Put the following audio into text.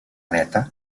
neta